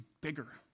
bigger